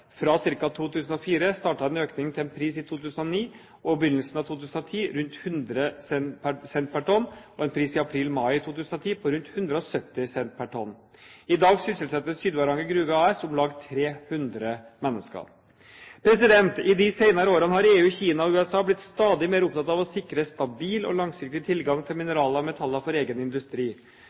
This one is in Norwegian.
Fra ca. 2004 startet en økning til en pris i 2009 og begynnelsen av 2010 på rundt 100 cent pr. tonn og en pris i april/mai 2010 på rundt 170 cent pr. tonn. I dag sysselsetter Sydvaranger Gruve AS om lag 300 mennesker. I de senere årene har EU, Kina og USA blitt stadig mer opptatt av å sikre stabil og langsiktig tilgang til mineraler og metaller for egen industri.